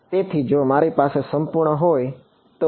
તેથી જો મારી પાસે સંપૂર્ણ હોય તો